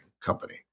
company